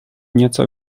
nieco